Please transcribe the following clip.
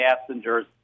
passengers